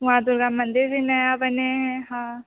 वहाँ दुर्गा मंदिर भी नया बने हैं हाँ